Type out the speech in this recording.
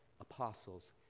apostles